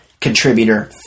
contributor